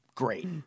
great